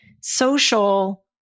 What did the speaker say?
social